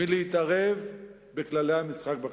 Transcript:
מלהתערב בכללי המשחק בכנסת.